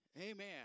Amen